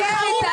תמשיכי,